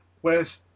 Whereas